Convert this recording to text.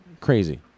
crazy